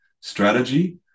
strategy